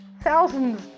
thousands